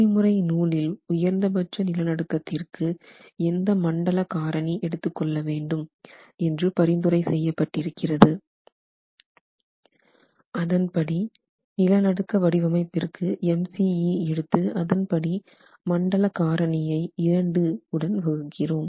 குறிமுறை நூலில் உயர்ந்த பட்ச நிலநடுக்கத்திற்கு எந்த மண்டல காரணி எடுத்துக்கொள்ள வேண்டும் என்று பரிந்துரை செய்ய பட்டிருக்கிறது அதன்படி நிலநடுக்க வடிவமைப்பிற்கு MCE எடுத்து அதன்படி மண்டல காரணியை 2 உடன் வகுக்கிறோம்